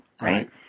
Right